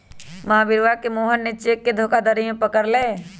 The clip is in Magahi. महावीरवा ने मोहन के चेक के धोखाधड़ी में पकड़ लय